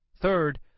Third